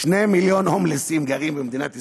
2 מיליון הומלסים גרים במדינת ישראל.